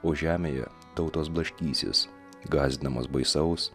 o žemėje tautos blaškysis gąsdinamos baisaus